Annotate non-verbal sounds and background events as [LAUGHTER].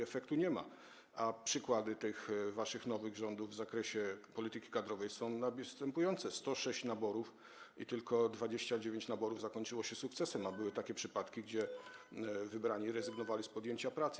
Efektu nie ma, a przykłady waszych nowych rządów w zakresie polityki kadrowej są następujące: 106 naborów, a tylko 29 naborów zakończyło się sukcesem, a były takie przypadki, [NOISE] że wybrani rezygnowali z podjęcia pracy.